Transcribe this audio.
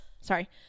Sorry